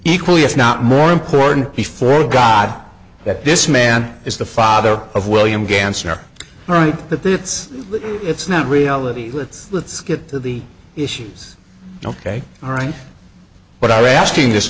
equally if not more important before god that this man is the father of william ganser that the it's it's not reality let's let's get to the issues ok all right what are asking this